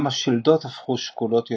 גם השלדות הפכו שקולות יותר,